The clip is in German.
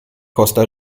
costa